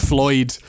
Floyd